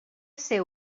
ser